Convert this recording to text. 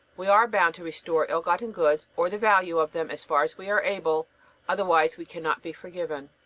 we are bound to restore ill-gotten goods, or the value of them, as far as we are able otherwise we cannot be forgiven.